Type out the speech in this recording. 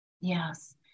Yes